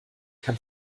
kann